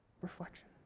Reflection